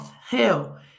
hell